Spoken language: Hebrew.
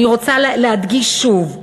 אני רוצה להדגיש שוב: